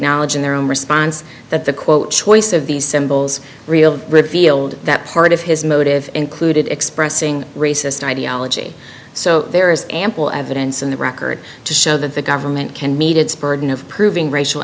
acknowledge in their own response that the quote choice of these symbols real revealed that part of his motive included expressing racist ideology so there is ample evidence in the record to show that the government can meet its burden of proving racial